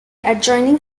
adjoining